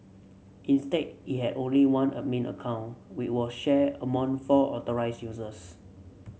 instead it had only one admin account we were shared among four authorised users